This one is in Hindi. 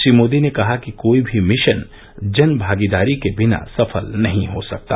श्री मोदी ने कहा कि कोई भी मिशन जन भागीदारी के बिना सफल नहीं हो सकता